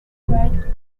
destroyed